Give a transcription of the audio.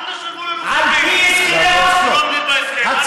אז אל תשלמו לנו כספים, בסדר?